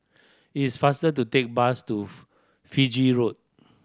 it is faster to take bus to Fiji Road